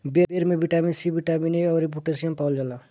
बेर में vitamin C, vitamin A अउरी पोटैशियम पावल जाला